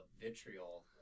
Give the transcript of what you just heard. vitriol